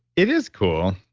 it is cool.